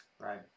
Right